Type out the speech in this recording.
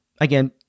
again